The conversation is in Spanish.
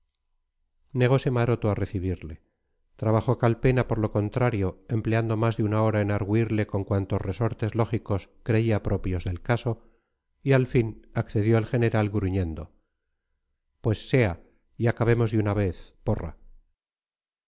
negose maroto a recibirle trabajó calpena por lo contrario empleando más de una hora en argüirle con cuantos resortes lógicos creía propios del caso y al fin accedió el general gruñendo pues sea y acabemos de una vez porra